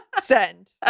Send